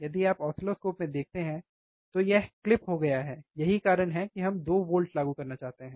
यदि आप ऑसिलोस्कोप में देखते हैं तो यह क्लिप हो गया है यही कारण है कि हम 2 वोल्ट लागू करना चाहते हैं